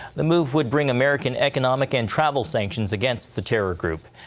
the move would bring american economic and travel sanctions against the terror group.